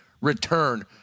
return